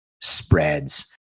spreads